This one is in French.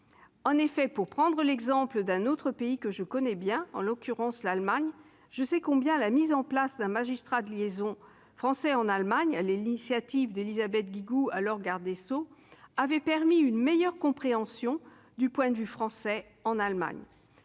En effet, pour prendre l'exemple d'un autre pays que je connais bien, je sais combien la mise en place d'un magistrat de liaison français en Allemagne, sur l'initiative d'Élisabeth Guigou, alors garde des sceaux, avait permis une meilleure compréhension du point de vue français en Allemagne.